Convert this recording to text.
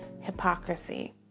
hypocrisy